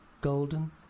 Golden